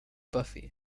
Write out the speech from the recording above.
buffy